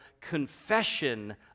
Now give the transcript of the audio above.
confession